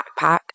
backpack